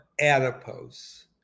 adipose